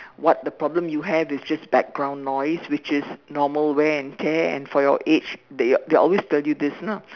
what the problem you have is just background noise which is normal wear and tear and for your age they they always tell you this you know